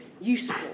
useful